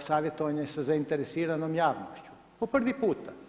savjetovanje za zainteresiranom javnošću, po prvi puta.